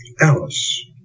Alice